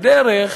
הדרך,